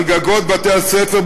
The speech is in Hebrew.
על גגות בתי-הספר,